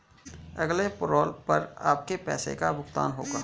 अगले पैरोल पर आपके पैसे का भुगतान होगा